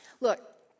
Look